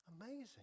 amazing